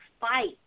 fight